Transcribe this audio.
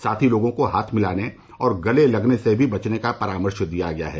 साथ ही लोगों को हाथ मिलाने और गले लगने से भी बचने का परामर्श दिया गया है